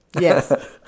yes